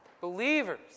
believers